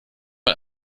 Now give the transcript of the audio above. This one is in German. man